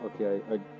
okay